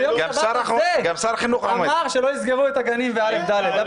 ביום שבת הזה אמר שלא יסגרו את הגנים --- רם,